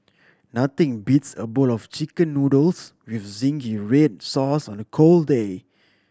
nothing beats a bowl of Chicken Noodles with zingy red sauce on a cold day